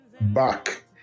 back